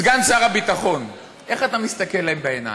סגן שר הביטחון, איך אתה מסתכל להם בעיניים?